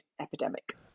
epidemic